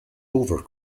rover